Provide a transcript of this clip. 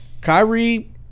Kyrie